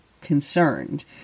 concerned